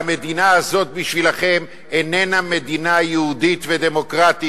והמדינה הזאת בשבילכם איננה מדינה יהודית ודמוקרטית.